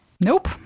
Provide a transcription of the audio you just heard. nope